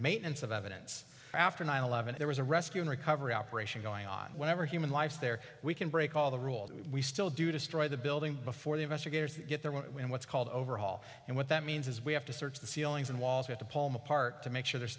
maintenance of evidence after nine eleven there was a rescue and recovery operation going on whenever human lives there we can break all the rules we still do destroy the building before the investigators get there we're in what's called overhaul and what that means is we have to search the ceilings and walls at the palmer park to make sure there's